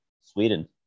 Sweden